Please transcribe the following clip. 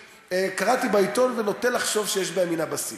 קראתי בעיתון ונוטה לחשוב שיש בהם מן הבסיס.